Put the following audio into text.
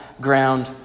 ground